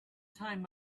time